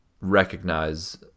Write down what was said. recognize